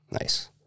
Nice